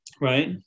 right